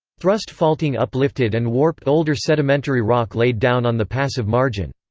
thrust faulting uplifted and warped older sedimentary rock laid down on the passive margin.